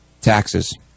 taxes